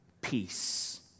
peace